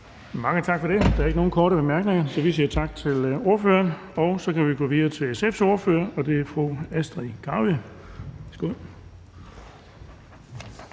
Mange tak for det. Der er ikke nogen korte bemærkninger, så vi siger tak til ordføreren. Så kan vi gå videre til SF's ordfører, og det er fru Astrid Carøe.